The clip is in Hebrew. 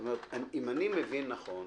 אם אני מבין נכון,